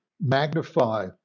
magnify